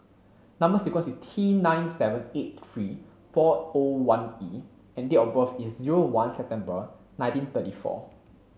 number sequence is T nine seven eight three four O one E and date of birth is zero one September nineteen thirty four